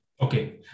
Okay